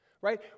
right